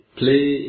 play